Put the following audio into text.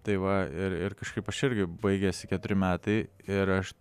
tai va ir ir kažkaip aš irgi baigėsi keturi metai ir aš